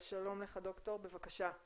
אז שלום, ד"ר, בבקשה.